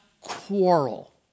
quarrel